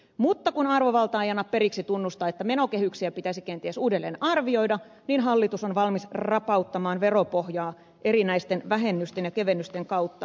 mutta kun arvovalta ei anna periksi tunnustaa että menokehyksiä pitäisi kenties uudelleen arvioida niin hallitus on valmis rapauttamaan veropohjaa erinäisten vähennysten ja kevennysten kautta